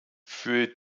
für